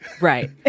right